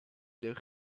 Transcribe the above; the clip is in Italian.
del